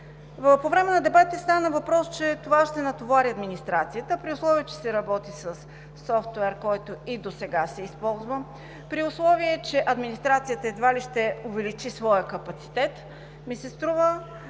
По време на дебатите стана въпрос, че това ще натовари администрацията, при условие че се работи със софтуер, който и досега е използван, и че администрацията едва ли ще увеличи своя капацитет. Затова ми се струва